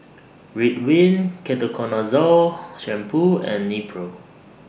Ridwind Ketoconazole Shampoo and Nepro